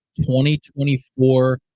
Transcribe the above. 2024